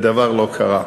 ודבר לא קרה.